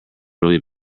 really